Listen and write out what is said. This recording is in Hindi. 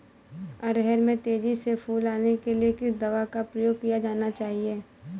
अरहर में तेजी से फूल आने के लिए किस दवा का प्रयोग किया जाना चाहिए?